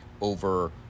over